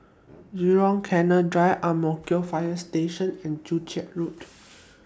Jurong Canal Drive Ang Mo Kio Fire Station and Joo Chiat Road